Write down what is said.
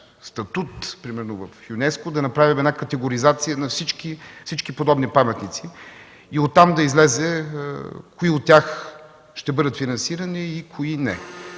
статут, примерно в ЮНЕСКО, да направим категоризация на всички подобни паметници и оттам да излезе кои от тях ще бъдат финансирани и кои не.